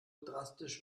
drastisch